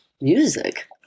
Music